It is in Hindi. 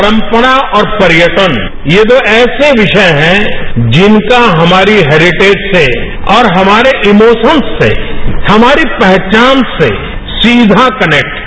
परम्परा और पर्यटन ये दो ऐसे विषय हैं जिनका हमारी हेरिटेज से और हमारे इमोशन से हमारी पहचान से सीधा कनेक्ट है